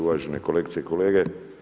Uvažene kolegice i kolege.